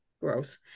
Gross